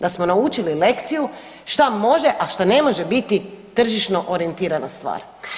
da smo naučili lekciju šta može, a šta ne može biti tržišno orijentirana stvar.